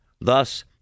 Thus